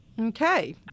Okay